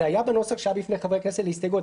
זה היה בנוסח שהיה בפני חברי הכנסת להסתייגות,